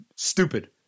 Stupid